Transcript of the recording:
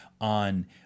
on